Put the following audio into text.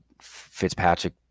Fitzpatrick